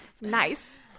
Nice